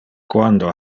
quando